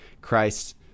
Christ